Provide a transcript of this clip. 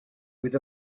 with